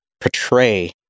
portray